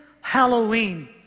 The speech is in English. Halloween